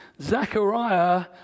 Zechariah